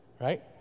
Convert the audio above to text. Right